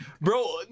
bro